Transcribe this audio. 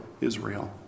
Israel